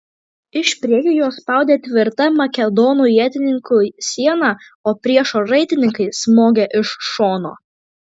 iš priekio juos spaudė tvirta makedonų ietininkų siena o priešo raitininkai smogė iš šono